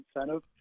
incentive